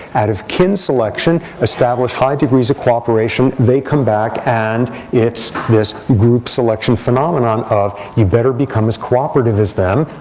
out of kin selection. establish high degrees of cooperation. they come back. and it's this group selection phenomenon of, you better become as cooperative as them.